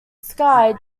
sky